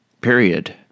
Period